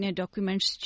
documents